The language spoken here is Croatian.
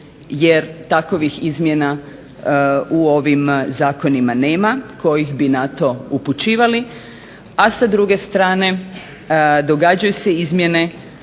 jer takovih izmjena u ovim zakonima nema koji bi na to upućivali a sa druge strane događaju se izmjene